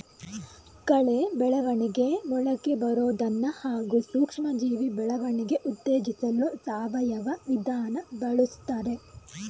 ಕಳೆ ಬೆಳವಣಿಗೆ ಮೊಳಕೆಬರೋದನ್ನ ಹಾಗೂ ಸೂಕ್ಷ್ಮಜೀವಿ ಬೆಳವಣಿಗೆ ಉತ್ತೇಜಿಸಲು ಸಾವಯವ ವಿಧಾನ ಬಳುಸ್ತಾರೆ